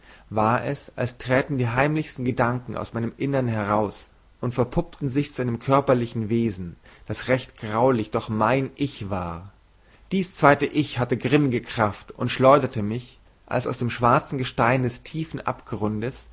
war es als träten die heimlichsten gedanken aus meinem innern heraus und verpuppten sich zu einem körperlichen wesen das recht graulich doch mein ich war dies zweite ich hatte grimmige kraft und schleuderte mich als aus dem schwarzen gestein des tiefen abgrundes